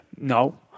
No